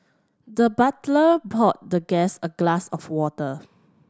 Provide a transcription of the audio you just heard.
the butler poured the guest a glass of water